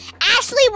Ashley